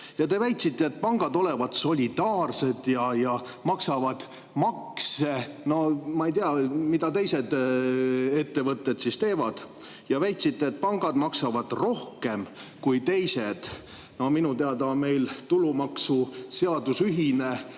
Te väitsite, et pangad on solidaarsed ja maksavad makse – no ma ei tea, mida teised ettevõtted siis teevad –, ja väitsite, et pangad maksavad rohkem kui teised. Minu teada on meil tulumaksuseadus ühine